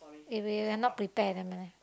eh wait wait I not prepared never mind never mind